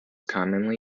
commonly